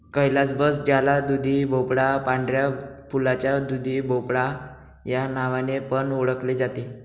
calabash ज्याला दुधीभोपळा, पांढऱ्या फुलाचा दुधीभोपळा या नावाने पण ओळखले जाते